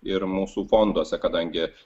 ir mūsų fonduose kadangi